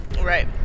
Right